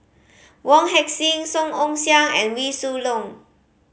Wong Heck Sing Song Ong Siang and Wee Shoo Leong